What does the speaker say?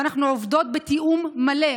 ואנחנו עובדות ועובדים כולנו בתיאום מלא,